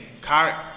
Car